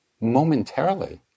momentarily